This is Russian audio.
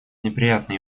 неприятно